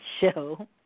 show